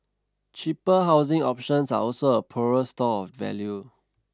cheaper housing options are also a poorer store of value